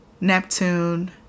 Neptune